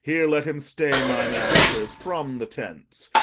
here let him stay, my masters, from the tents,